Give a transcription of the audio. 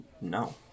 no